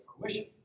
fruition